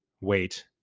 wait